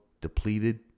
Depleted